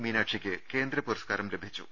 മീനാക്ഷിയ്ക്ക് കേന്ദ്ര പുരസ്കാരം ലഭിച്ചു